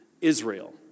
Israel